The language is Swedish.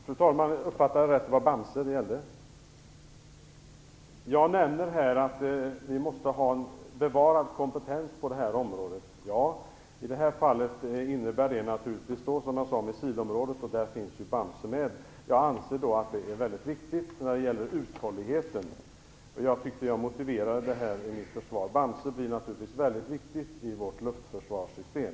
Fru talman! Jag uppfattade det så att det var Bamse som det gällde. Jag nämnde att vi måste ha en bevarad kompetens på det här området. I det här fallet gäller det naturligtvis missilområdet, och då ingår ju Bamse. Jag anser att detta är väldigt viktigt när det gäller uthålligheten, och jag tyckte att jag motiverade det. Bamse blir givetvis ett mycket viktigt inslag i vårt luftförsvarssystem.